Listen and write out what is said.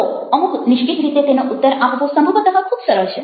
તો અમુક નિશ્ચિત રીતે તેનો ઉત્તર આપવો સંભવતઃ ખૂબ સરળ છે